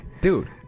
Dude